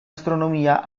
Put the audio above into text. astronomía